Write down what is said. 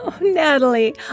Natalie